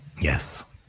yes